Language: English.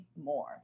more